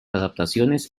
adaptaciones